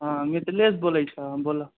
हँ मिथिलेश बोलै छऽ बोलऽ